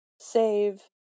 save